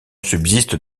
subsiste